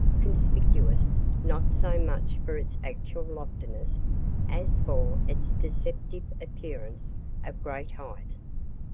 conspicuous not so much for its actual loftiness as for its deceptive appearance of great height.